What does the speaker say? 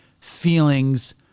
feelings